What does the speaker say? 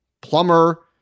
plumber